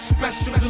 Special